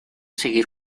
seguir